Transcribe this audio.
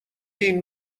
این